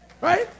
Right